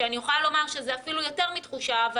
אני יכולה לומר שזה אפילו יותר מתחושה אבל